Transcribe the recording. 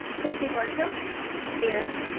trustee barto here.